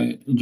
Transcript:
sira